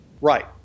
Right